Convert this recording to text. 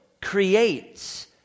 creates